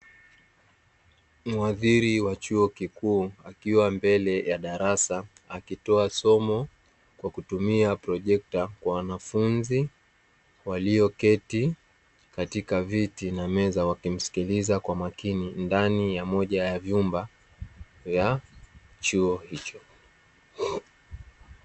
Mhadhiri wa chuo kikuu akiwa mbele ya darasa akitoa somo kwa kutumia projekta kwa wanafunzi walioketi katika viti na meza, wakimsikiliza kwa makini ndani ya moja ya vyumba vya chuo hicho.